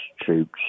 troops